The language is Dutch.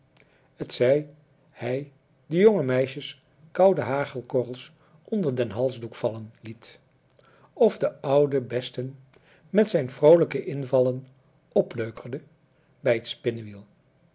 maakte hetzij hij de jonge meisjes koude hagelkorrels onder den halsdoek vallen liet of de oude besten met zijne vroolijke invallen opleukerde bij het spinnewiel